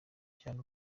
cyane